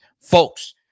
Folks